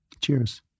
Cheers